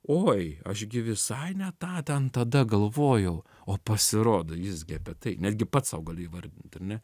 oi aš gi visai ne tą ten tada galvojau o pasirodo jis gi apie tai netgi pats sau galiu įvardinti ar ne